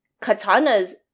katana's